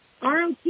ROT